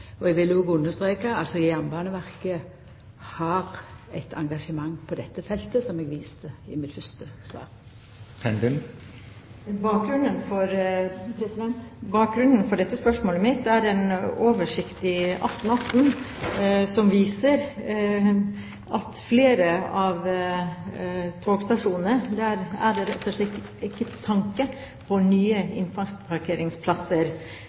og eg vil understreka at Jernbaneverket har eit engasjement på dette feltet, som eg viste til i mitt første svar. Bakgrunnen for dette spørsmålet mitt er en oversikt i Aften som viser at det ved flere av togstasjonene rett og slett ikke er tenkt på nye